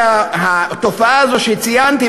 שהתופעה הזו שציינתי,